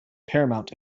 paramount